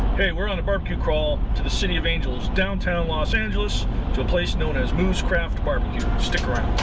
hey we're on a barbecue crawl to the city of angels downtown los angeles to a place known as moo's craft barbecue. stick around!